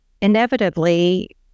inevitably